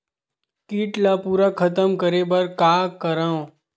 कीट ला पूरा खतम करे बर का करवं?